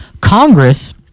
Congress